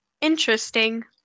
Interesting